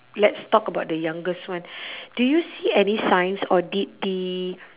let's talk about the youngest one did you see any signs or did the